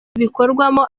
bikorwamo